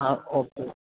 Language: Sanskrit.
हा ओके